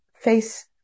face